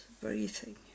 breathing